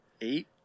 eight